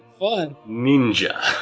ninja